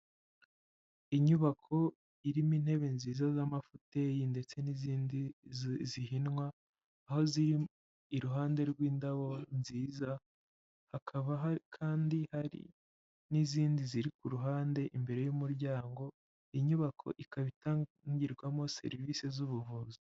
Inyubako irimo intebe nziza z'amafuteyi, ndetse n'izindi zihinwa aho ziri iruhande rw'indabo nziza, hakaba kandi hari n'izindi ziri ku ruhande imbere y'umuryango, inyubako ikaba itangirwamo serivisi z'ubuvuzi.